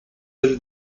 del